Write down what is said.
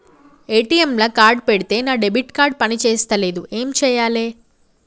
ATM లా card పెడితే నా డెబిట్ కార్డ్ పని చేస్తలేదు ఏం చేయాలే?